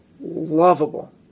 lovable